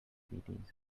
diabetes